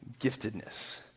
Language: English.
giftedness